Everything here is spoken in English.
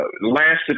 lasted